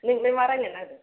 नोंलाय मा रायज्लायनो नागेरदों